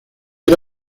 era